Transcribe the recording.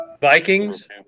Vikings